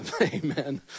Amen